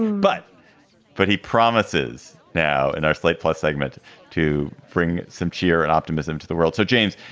but but he promises now and our slate plus segment to bring some cheer and optimism to the world. so, james,